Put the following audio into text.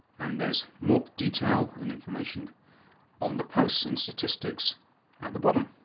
and there is more detail and information on the post in statistics at the bottom.